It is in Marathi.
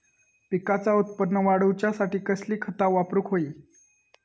पिकाचा उत्पन वाढवूच्यासाठी कसली खता वापरूक होई?